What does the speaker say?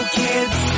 kids